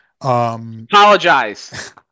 Apologize